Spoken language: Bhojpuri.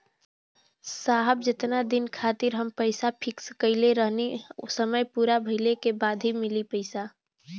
साहब जेतना दिन खातिर हम पैसा फिक्स करले हई समय पूरा भइले के बाद ही मिली पैसा?